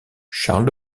charles